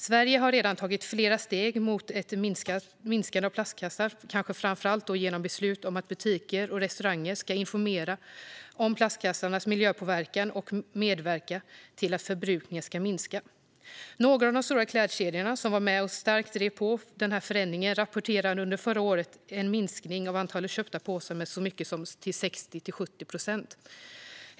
Sverige har redan tagit flera steg mot ett minskande av plastkassar, kanske framför allt genom beslutet om att butiker och restauranger ska informera om plastkassars miljöpåverkan och medverka till att förbrukningen ska minska. Några av de stora klädkedjorna som var med och starkt drev på för förändringen rapporterade under förra året en minskning av antalet köpta påsar med så mycket som 60-70 procent.